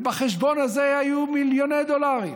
ובחשבון הזה היו מיליוני דולרים,